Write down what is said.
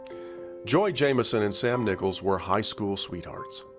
joy jamison and sam nichols were high school sweethearts.